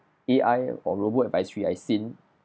A_I or robo advisory I've seen